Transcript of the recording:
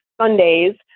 Sundays